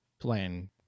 playing